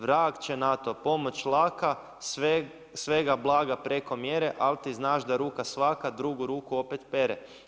Vrag će nato, pomoć laka, svega blaga preko mjere, ali ti znaš da ruka svaka drugu ruku opet pere.